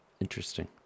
Interesting